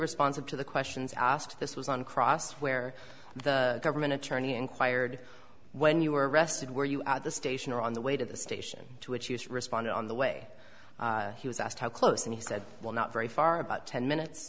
responsive to the questions asked this was on cross where the government attorney inquired when you were arrested were you at the station or on the way to the station to which you responded on the way he was asked how close and he said well not very far about ten minutes